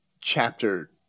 chapter